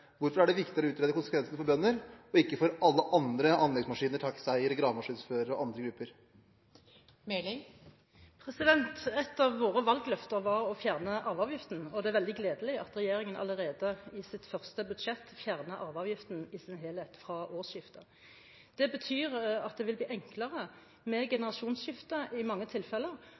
Hvorfor er det viktig å utrede konsekvensene for bønder og ikke for alle andre, anleggsmaskineiere, taxieiere, gravemaskinførere og andre grupper? Et av våre valgløfter var å fjerne arveavgiften. Det er veldig gledelig at regjeringen allerede i sitt første budsjett fjerner arveavgiften i sin helhet fra årsskiftet. Det betyr at det vil bli enklere med generasjonsskifte i mange tilfeller,